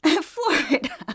Florida